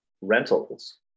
rentals